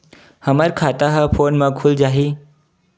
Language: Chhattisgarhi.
हमर खाता ह फोन मा खुल जाही?